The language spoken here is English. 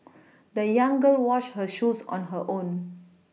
the young girl washed her shoes on her own